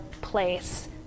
place